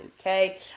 okay